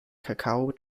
cocoa